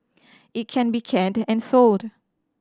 it can be canned and sold